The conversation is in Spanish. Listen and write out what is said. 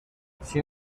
sin